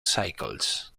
cycles